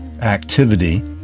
activity